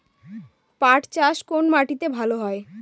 পাট চাষ কোন মাটিতে ভালো হয়?